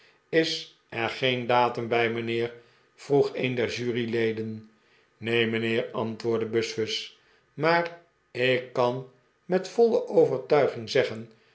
is er geen datum bij mijnheer vroeg een der juryleden neen mijnheer antwoordde buzfuz maar ik kan met voile overtuiging zeggen